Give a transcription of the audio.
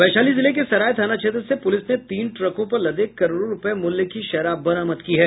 वैशाली जिले के सराय थाना क्षेत्र से पुलिस ने तीन ट्रकों पर लदे करोड़ों रूपये मूल्य की शराब बरामद की है